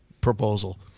proposal